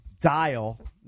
dial